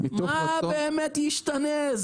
מה באמת ישתנה?